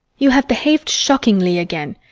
you have behaved shockingly again.